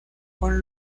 con